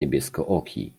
niebieskooki